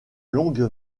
longue